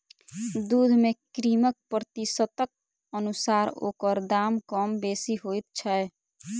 दूध मे क्रीमक प्रतिशतक अनुसार ओकर दाम कम बेसी होइत छै